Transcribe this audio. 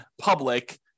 public